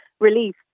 relief